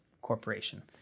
corporation